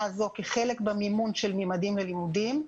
זו כחלק ממימון של "ממדים ללימודים",